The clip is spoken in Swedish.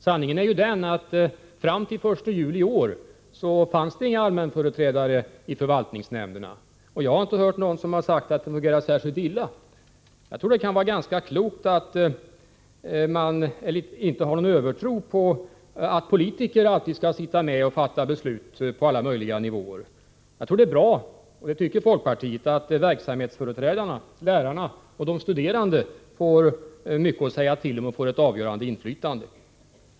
Sanningen är att det fram till den 1 juli i år inte fanns några allmänföreträdare i förvaltningsnämnderna. Jag har inte hört någon säga att nämnderna har fungerat särskilt illa. Jag tror att det kan vara ganska klokt att man inte har någon övertro på att politiker alltid skall sitta med och fatta beslut på alla möjliga nivåer. Folkpartiet tycker att det är bra att verksamhetsföreträdarna — lärarna och de studerande — får mycket att säga till om, ja, ett avgörande inflytande.